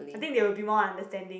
I think they will be more understanding